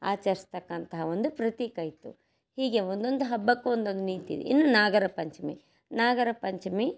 ಆಚರಿಸ್ತಕ್ಕಂತಹ ಒಂದು ಪ್ರತೀಕ ಇತ್ತು ಹೀಗೆ ಒಂದೊಂದು ಹಬ್ಬಕ್ಕೂ ಒಂದೊಂದು ನೀತಿ ಇನ್ನು ನಾಗರ ಪಂಚಮಿ ನಾಗರ ಪಂಚಮಿ